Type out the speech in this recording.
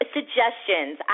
Suggestions